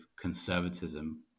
conservatism